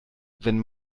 wenn